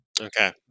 Okay